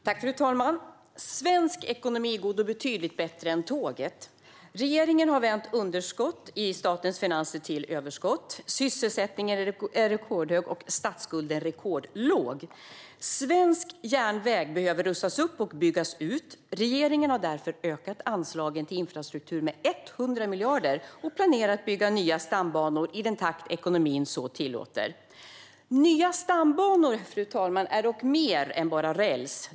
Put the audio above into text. Fru talman! Svensk ekonomi går betydligt bättre än tåget. Regeringen har vänt underskott i statens finanser till överskott, sysselsättningen är rekordhög och statsskulden är rekordlåg. Svensk järnväg behöver rustas upp och byggas ut. Regeringen har därför ökat anslagen till infrastruktur med 100 miljarder kronor och planerar att bygga nya stambanor i den takt som ekonomin tillåter. Fru talman! Nya stambanor är dock mer än bara räls.